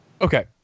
Okay